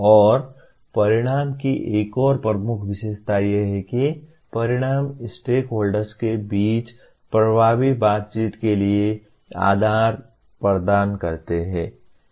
और परिणाम की एक और प्रमुख विशेषता यह है कि परिणाम स्टेकहोल्डर्स के बीच प्रभावी बातचीत के लिए आधार प्रदान करते हैं